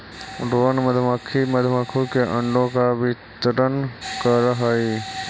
drone मधुमक्खी मधुमक्खी के अंडों का वितरण करअ हई